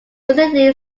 recently